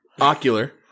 ocular